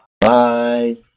Bye